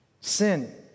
sin